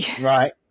Right